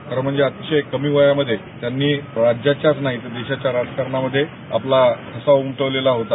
खरं म्हणजे आजचे कमी वयामधे त्यांनी राज्याच्याच नाही तर देशाच्या राजकारणामधे आपला ठसा उमटवलेला होता